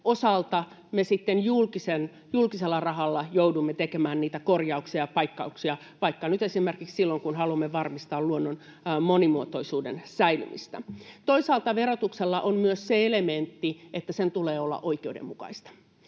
osalta me sitten julkisella rahalla joudumme tekemään korjauksia ja paikkauksia vaikka nyt esimerkiksi silloin, kun haluamme varmistaa luonnon monimuotoisuuden säilymistä. Toisaalta verotuksella on myös se elementti, että sen tulee olla oikeudenmukaista.